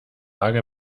lage